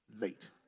late